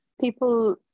people